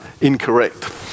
incorrect